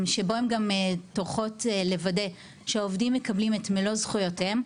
שבו הן גם טורחות לוודא שהעובדים מקבלים את מלוא זכויותיהם.